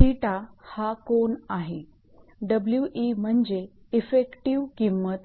𝜃 हा कोन आहे 𝑊𝑒 म्हणजे इफेक्टिव्ह किंमत आहे